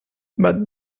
but